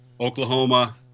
Oklahoma